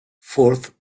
forth